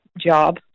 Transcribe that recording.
job